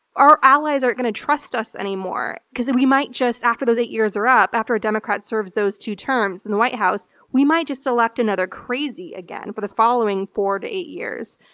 our allies aren't gonna trust us anymore. because then we might just, after those eight years are up, after a democrat serves those two terms in the white house, we might just elect another crazy again for the following four to eight years.